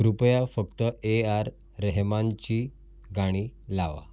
कृपया फक्त A R रेहमानची गाणी लावा